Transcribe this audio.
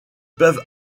peuvent